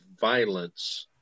violence